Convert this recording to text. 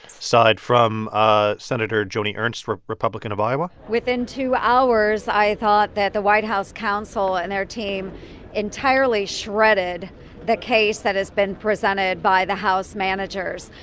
side from ah senator joni ernst, republican of iowa within two hours, i thought that the white house counsel and their team entirely shredded the case that has been presented by the house managers.